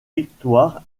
victoires